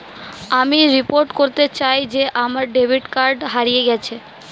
আমি রিপোর্ট করতে চাই যে আমার ডেবিট কার্ডটি হারিয়ে গেছে